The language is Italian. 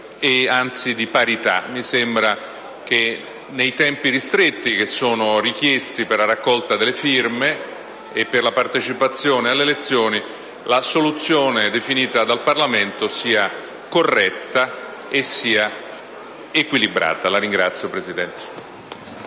e, anzi, di parità. Mi sembra che nei tempi ristretti che sono richiesti per la raccolta delle firme e per la partecipazione alle elezioni la soluzione definita dal Parlamento sia corretta ed equilibrata. *(Applausi